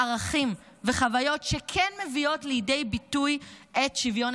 ערכים וחוויות שכן מביאים לידי ביטוי את שוויון